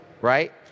right